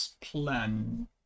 plan